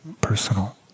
personal